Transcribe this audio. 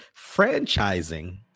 franchising